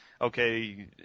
okay